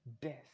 Death